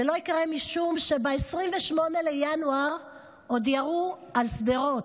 זה לא יקרה משום שב-28 בינואר עוד ירו על שדרות,